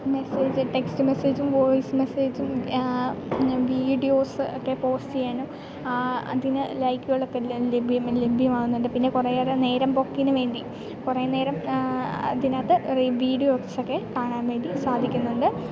message text മെസ്സേജും voice മെസ്സേജും videos ഒക്കെ പോസ്റ്റ് ചെയ്യാനും അതിന് ലൈക്കുകളൊക്കെ ലഭ്യമാകുന്നുണ്ട് പിന്നെ കുറേ നേരം പോക്കിന് വേണ്ടി കുറേ റേ നേരം അതിനകത്ത് വീഡിയോസൊക്കെ കാണാൻ വേണ്ടി സാധിക്കുന്നുണ്ട്